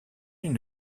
une